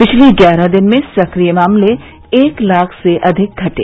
पिछले ग्यारह दिन में सक्रिय मामले एक लाख से अधिक घटे